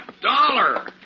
Dollar